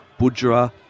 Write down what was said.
Budra